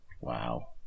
wow